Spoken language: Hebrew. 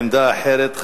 עמדה אחרת,